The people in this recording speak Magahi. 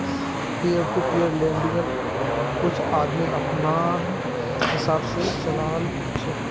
पीयर टू पीयर लेंडिंग्क कुछ आदमी अपनार हिसाब से चला छे